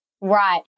Right